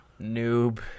Noob